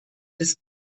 das